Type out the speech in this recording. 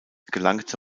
gelangte